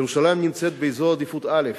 ירושלים נמצאת באזור עדיפות א'